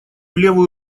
левую